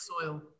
soil